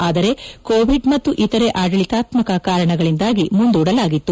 ಆದರೆ ಕೋವಿಡ್ ಮತ್ತು ಇತರೆ ಆಡಳಿತಾತ್ಮಕ ಕಾರಣಗಳಿಂದಾಗಿ ಮುಂದೂಡಲಾಗಿತ್ತು